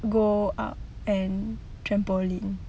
go out and trampoline